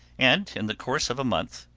and in the course of a month,